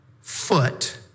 foot